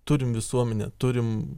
turim visuomenę turim